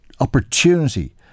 opportunity